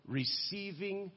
receiving